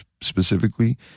specifically